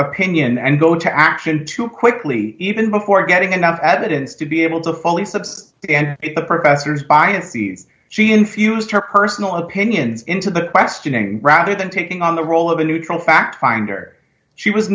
opinion and go to action too quickly even before getting enough evidence to be able to fully subsists the professor's biases she infused her personal opinions into the questioning rather than taking on the role of a neutral fact finder she was